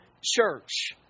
church